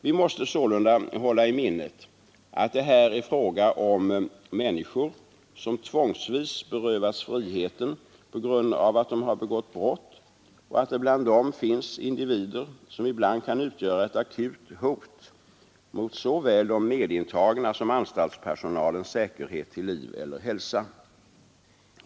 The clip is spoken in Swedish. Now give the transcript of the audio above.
Vi måste sålunda hålla i minnet att det här är fråga om människor som tvångsvis berövats friheten på grund av att de har begått brott och att det bland dem finns individer som ibland kan utgöra ett akut hot mot såväl de medintagnas som anstaltspersonalens säkerhet till liv eller hälsa.